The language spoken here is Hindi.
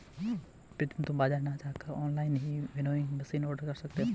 प्रितम तुम बाजार ना जाकर ऑनलाइन ही विनोइंग मशीन ऑर्डर कर सकते हो